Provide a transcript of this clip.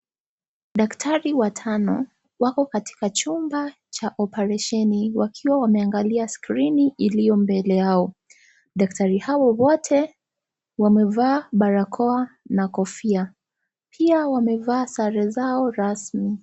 Daktari watano wako katika chumba cha operesheni wakiwa wameangalia skrini iliyo mbele yao daktari hawa wote wamevaa barakoa na kofia pia wamevaa sare zao rasmi.